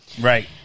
Right